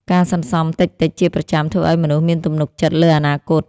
ការសន្សុំតិចៗជាប្រចាំធ្វើឱ្យមនុស្សមានទំនុកចិត្តលើអនាគត។